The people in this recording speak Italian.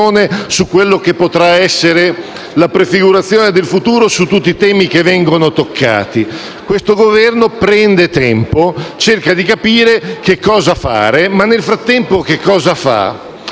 sulla futura prefigurazione di tutti i temi che vengono toccati. Questo Governo prende tempo e cerca di capire che cosa fare, ma nel frattempo che cosa fa?